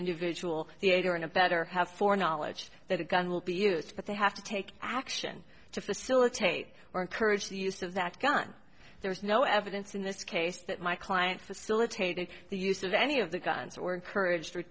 individual the eight are in a better have for knowledge that a gun will be used but they have to take action to facilitate or encourage the use of that gun there is no evidence in this case that my client facilitated the use of any of the guns or encouraged